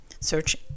search